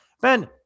Ben